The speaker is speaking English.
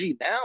now